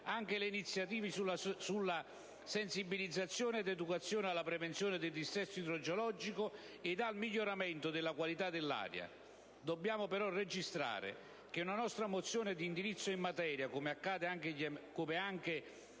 anche le iniziative sulla sensibilizzazione ed educazione alla prevenzione del dissesto idrogeologico e al miglioramento della qualità dell'aria: dobbiamo, però, registrare che una nostra mozione di indirizzo in materia, come anche